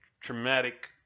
traumatic